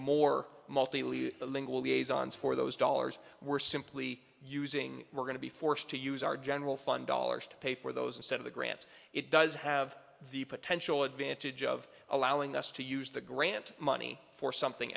liaison's for those dollars we're simply using we're going to be forced to use our general fund dollars to pay for those instead of the grants it does have the potential advantage of allowing us to use the grant money for something